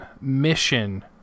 mission